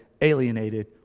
alienated